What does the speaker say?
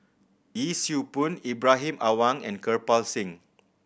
Yee Siew Pun Ibrahim Awang and Kirpal Singh